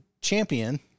champion